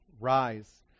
Rise